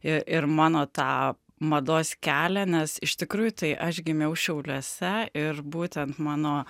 i ir mano tą mados kelią nes iš tikrųjų tai aš gimiau šiauliuose ir būtent mano